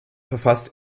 verfasste